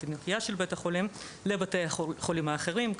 התינוקייה של בית החולים לבתי החולים האחרים,